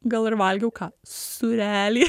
gal ir valgiau ką surelį